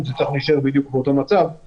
תיקח בחשבון דבר אחד.